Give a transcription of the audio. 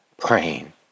praying